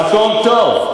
במקום טוב.